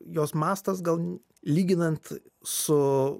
jos mastas gal lyginant su